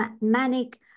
manic